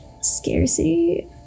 scarcity